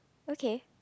okay